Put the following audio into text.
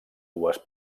dues